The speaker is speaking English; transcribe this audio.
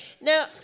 Now